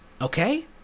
Okay